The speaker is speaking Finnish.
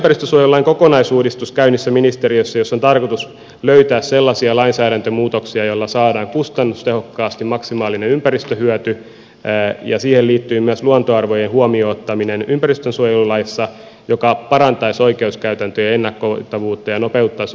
meillä on myös ympäristösuojelulain kokonaisuudistus käynnissä ministeriössä jossa on tarkoitus löytää sellaisia lainsäädäntömuutoksia joilla saadaan kustannustehokkaasti maksimaalinen ympäristöhyöty ja siihen liittyy myös luontoarvojen huomioon ottaminen ympäristönsuojelulaissa mikä parantaisi oikeuskäytäntöjen ennakoitavuutta ja nopeuttaisi oikeusprosesseja